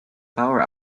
power